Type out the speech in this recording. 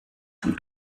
zum